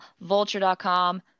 vulture.com